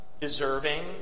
deserving